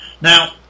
Now